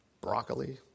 broccoli